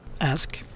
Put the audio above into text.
Ask